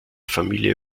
familie